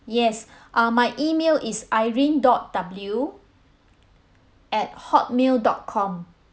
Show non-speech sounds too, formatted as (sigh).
yes (breath) uh my email is irene dot W at hotmail dot com